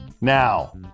Now